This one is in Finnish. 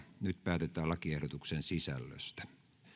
nyt päätetään lakiehdotuksen sisällöstä